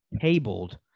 tabled